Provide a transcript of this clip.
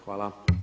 Hvala.